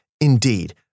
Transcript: indeed